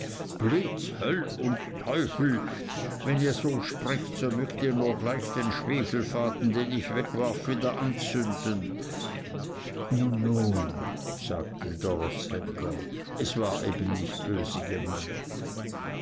blitz höll und teufel wenn ihr so sprecht so möcht ich nur gleich den schwefelfaden den ich wegwarf wieder anzünden nun nun sagte der roßhändler es war eben nicht böse gemeint